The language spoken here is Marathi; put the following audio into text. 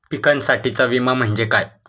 पिकांसाठीचा विमा म्हणजे काय?